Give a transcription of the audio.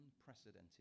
unprecedented